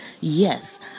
Yes